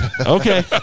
Okay